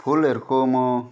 फुलहरूको म